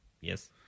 Yes